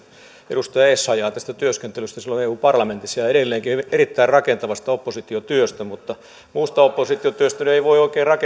edustaja essayaha työskentelystä silloin eu parlamentissa ja edelleenkin erittäin rakentavasta oppositiotyöstä mutta muusta oppositiotyöstä nyt ei voi oikein